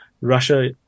russia